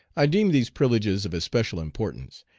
i deem these privileges of especial importance,